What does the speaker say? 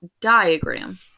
diagram